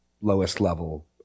lowest-level